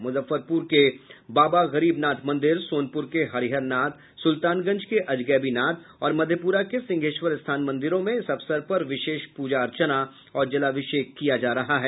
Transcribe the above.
मुजफ्फरपुर के बाबा गरीबनाथ मंदिर सोनपुर के हरिहरनाथ सुल्तानगंज के अजगैबीनाथ और मधेपुरा के सिंहेश्वर स्थान मंदिरों में इस अवसर पर विशेष पूजा अर्चना और जलाभिषेक किया जा रहा है